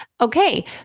Okay